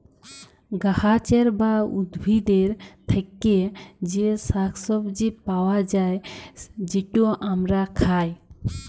গাহাচের বা উদ্ভিদের থ্যাকে যে শাক সবজি পাউয়া যায়, যেট আমরা খায়